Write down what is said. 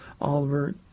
Oliver